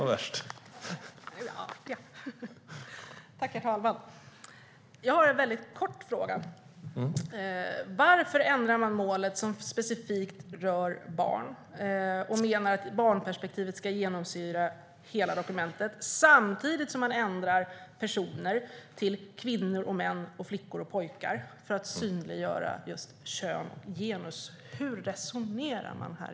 Herr talman! Jag har en kort fråga. Varför ändrar man målet som rör specifikt barn och att barnperspektivet ska genomsyra hela dokumentet, samtidigt som man ändrar "personer" till "kvinnor, män, flickor och pojkar" för att synliggöra just kön, genus? Hur resonerade man här?